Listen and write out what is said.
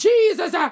Jesus